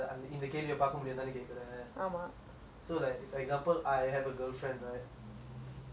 so like if example I have a girlfriend right then okay I don't buy my girlfriend of course